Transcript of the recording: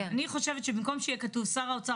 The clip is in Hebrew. אני חושבת שבמקום שיהיה כתוב שר האוצר